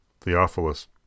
Theophilus